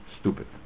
stupid